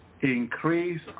Increase